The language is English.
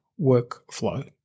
workflow